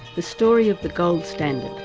the story of the gold standard.